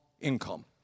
income